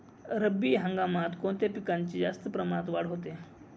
रब्बी हंगामात कोणत्या पिकांची जास्त प्रमाणात वाढ होते?